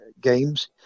games